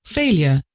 failure